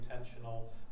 intentional